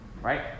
right